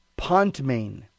Pontmain